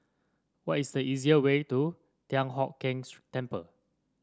what is the easiest way to Thian Hock Keng Temple